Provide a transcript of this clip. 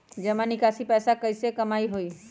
जमा निकासी से पैसा कईसे कमाई होई?